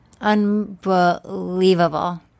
Unbelievable